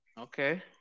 okay